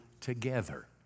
together